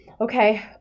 okay